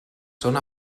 són